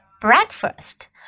breakfast